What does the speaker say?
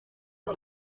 com